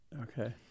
okay